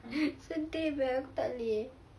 sedih [pe] aku tak boleh